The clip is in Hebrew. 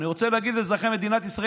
אני רוצה להגיד לאזרחי מדינת ישראל